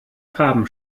farben